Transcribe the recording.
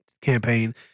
campaign